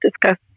discuss